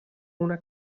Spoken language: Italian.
una